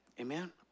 Amen